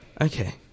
Okay